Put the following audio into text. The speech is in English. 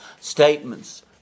statements